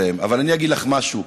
אבל אני אגיד לך משהו.